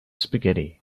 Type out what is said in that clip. spaghetti